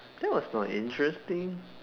that was not interesting